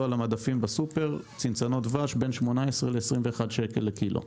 על המדפים בסופר צנצנות דבש בין 18 ל-21 שקל לקילו,